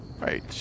right